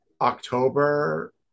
October